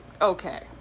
Okay